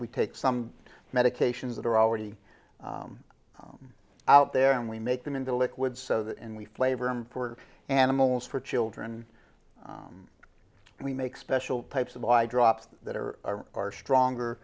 we take some medications that are already out there and we make them into liquid so that and we flavor him for animals for children and we make special types of i drops that are far stronger